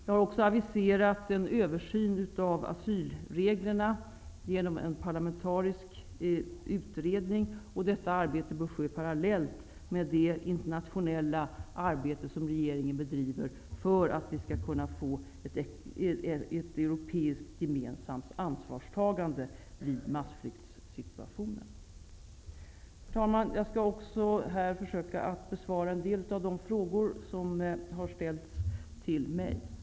Jag har aviserat en översyn av asylreglerna genom en parlamentarisk utredning. Detta arbete bör ske parallellt med det internationella arbete som regeringen bedriver för att vi skall kunna få ett gemensamt europeiskt ansvarstagande vid massflyktssituationer. Herr talman! Jag skall försöka besvara en del av de frågor som har ställts till mig.